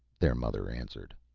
their mother answered.